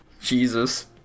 Jesus